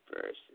verses